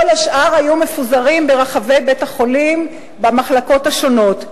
כל השאר היו מפוזרים ברחבי בית-החולים במחלקות השונות.